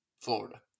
Florida